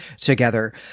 together